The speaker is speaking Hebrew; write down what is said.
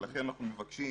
ולכן אנחנו מבקשים